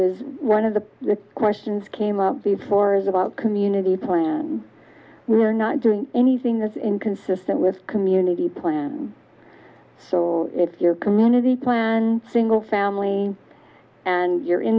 is one of the questions came up before is about community plan we're not doing anything that's inconsistent with community plans so if your community plan single family and you're in